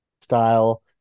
style